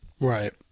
Right